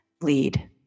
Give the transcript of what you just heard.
lead